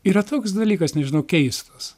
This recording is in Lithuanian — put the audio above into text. yra toks dalykas nežinau keistas